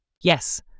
Yes